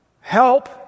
help